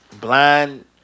Blind